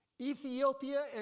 Ethiopia